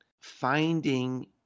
finding